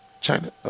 China